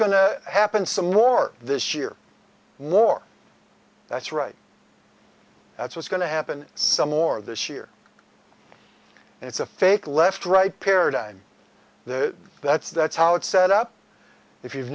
to happen some more this year more that's right that's what's going to happen some more this year and it's a fake left right paradigm that's that's how it's set up if you've